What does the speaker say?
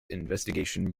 investigation